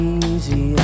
easy